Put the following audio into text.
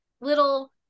little